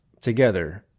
together